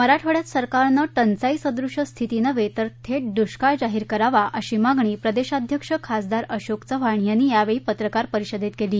मराठवाङ्यात सरकारनं टचाईसदृश स्थिती नव्हे तर थेट दुष्काळ जाहीर करावा अशी मागणी प्रदेशाध्यक्ष खासदार अशोक चव्हाण यांनी यावेळी पत्रकार परिषदेत केली